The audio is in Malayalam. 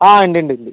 ആ ഉണ്ട് ഉണ്ട് ഉണ്ട്